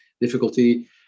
difficulty